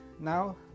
Now